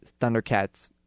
Thundercats